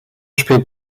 spielt